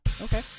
Okay